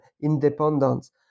independence